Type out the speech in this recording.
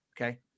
Okay